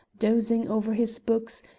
dozing over his books,